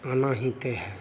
होना ही तय हैं